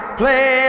play